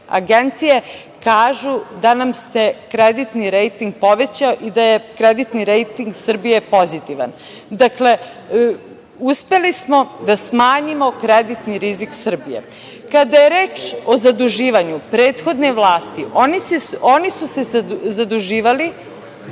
agencije kažu da nam se kreditni rejting poveća i da je kreditni rejting Srbije pozitivan. Dakle, uspeli smo da smanjimo kreditni rizik Srbije. Kada je reč o zaduživanju prethodne vlasti, oni su se zaduživali